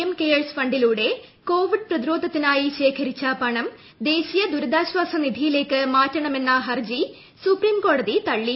M cares ഫണ്ടിലൂടെ Covid പ്രതി രോധത്തിനായി ശേഖരിച്ച പണം ദേശീയ ദുരിതാശ്വാസ നിധിയിലേ ക്ക് മാറ്റണമെന്ന ഹർജി സുപ്രീം കോടതി തള്ളി